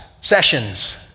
sessions